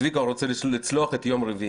צביקה, הוא רוצה לצלוח את יום רביעי,